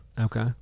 Okay